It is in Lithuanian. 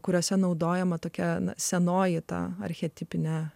kuriuose naudojama tokia senoji tą archetipinę